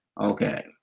Okay